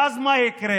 ואז מה יקרה?